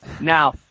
Now